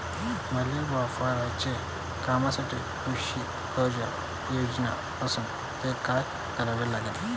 मले वावराच्या कामासाठी कृषी कर्ज पायजे असनं त काय कराव लागन?